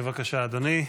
בבקשה, אדוני.